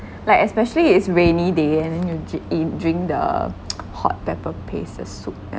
like especially is rainy day and then you dr~ i~ drink the hot pepper paste soup